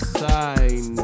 sign